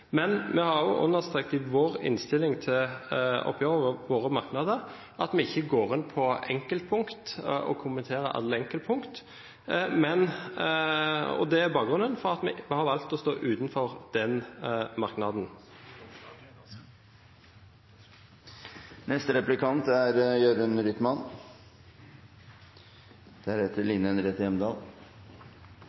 Men vi har også understreket i innstillingen til oppgjøret, i våre merknader, at vi ikke går inn og kommenterer alle enkeltpunkter. Det er bakgrunnen for at vi har valgt å stå utenfor den